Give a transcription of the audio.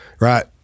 right